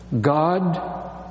God